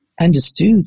understood